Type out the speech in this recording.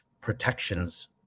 protections